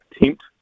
attempt